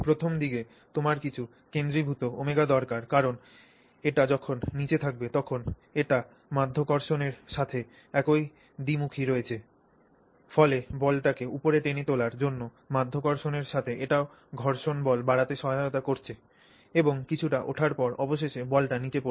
প্রথমদিকে তোমার কিছু কেন্দ্রীভূত ω দরকার কারণ এটি যখন নীচে থাকবে তখন এটি মাধ্যাকর্ষণের সাথে একই দিকমুখী রয়েছে ফলে বলটিকে উপরে টেনে তোলার জন্য মাধ্যাকর্ষণের সাথে এটিও ঘর্ষণ বল বাড়াতে সহায়তা করছে এবং কিছুটা ওঠার পর অবশেষে বলটা নিচে পড়ে